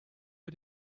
für